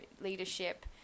leadership